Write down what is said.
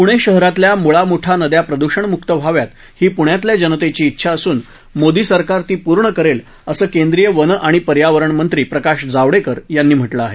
पुणे शहरातल्या मुळा मुठा नद्या प्रदूषणमुक्त व्हाव्यात ही पुण्यातल्या जनतेची िछा असून मोदी सरकार ती पूर्ण करेल असं केंद्रीय वन आणि पर्यावरण मंत्री प्रकाश जावडेकर यांनी म्हटलं आहे